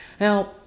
Now